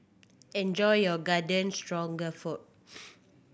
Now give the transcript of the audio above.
enjoy your Garden Stroganoff